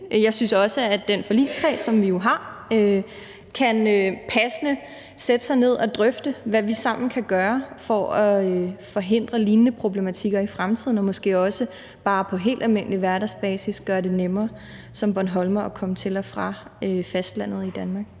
jeg synes også, at den forligskreds, vi jo har, passende kan sætte sig ned og drøfte, hvad vi sammen kan gøre for at forhindre lignende problematikker i fremtiden og måske også bare gøre det nemmere for bornholmere på helt almindelig hverdagsbasis at komme til og fra fastlandet i Danmark.